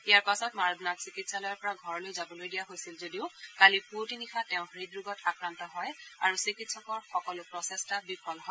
ইয়াৰ পাছত মাৰাডোনাক চিকিৎসালয়ৰ পৰা ঘৰলৈ যাবলৈ দিয়া হৈছিল যদিও কালি পুৱতি নিশা তেওঁ হৃদৰোগত আক্ৰান্ত হয় আৰু চিকিৎসকৰ সকলো প্ৰচেষ্টা বিফল হয়